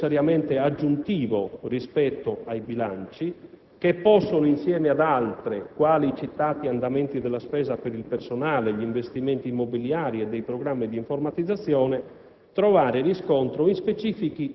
di carattere necessariamente aggiuntivo rispetto ai bilanci che possono, insieme ad altre, quali i citati andamenti della spesa per il personale, gli investimenti immobiliari e programmi di informatizzazione,